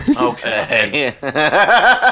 Okay